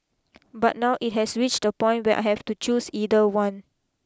but now it has reached a point where I have to choose either one